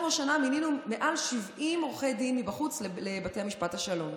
אנחנו השנה מינינו מעל 70 עורכי דין מבחוץ לבתי משפט השלום.